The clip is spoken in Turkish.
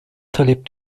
talep